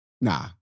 Nah